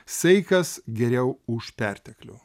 saikas geriau už perteklių